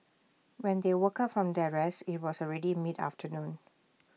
when they woke up from their rest IT was already mid afternoon